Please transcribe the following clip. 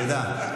תודה.